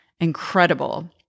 incredible